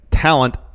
talent